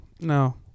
no